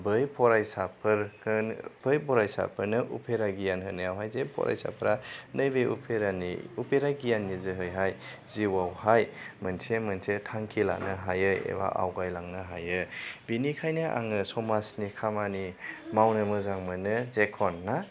बै फरायसाफोर बै फरायसाफोरनो उफेरा गियान होनायावहाय जे फरायसाफ्रा नैबे उपेरानि उफेरा गियाननि जोहैहाय जिउआवहाय मोनसे मोनसे थांखि लानो हायो एबा आवगाय लांनो हायो बिनिखायनो आङो समाजनि खामानि मावनो मोजां मोनो जेखन ना